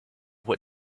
what